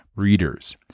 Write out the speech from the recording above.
readers